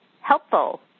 helpful